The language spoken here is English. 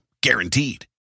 Guaranteed